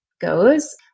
goes